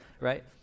right